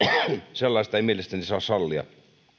sellaista ei mielestäni saa sallia